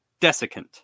desiccant